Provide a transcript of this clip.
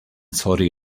saudi